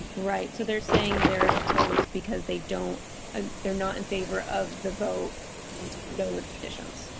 right so they're saying they're opposed because they don't ah they're not in favor of the vote no. with conditions.